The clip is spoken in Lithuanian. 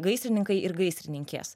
gaisrininkai ir gaisrininkės